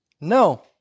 No